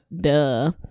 Duh